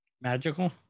Magical